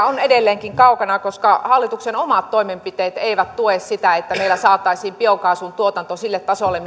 on edelleenkin kaukana koska hallituksen omat toimenpiteet eivät tue sitä että meillä saataisiin biokaasun tuotanto sille tasolle